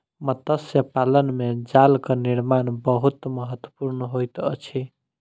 मत्स्य पालन में जालक निर्माण बहुत महत्वपूर्ण होइत अछि